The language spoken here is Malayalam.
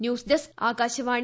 news desk Akashvani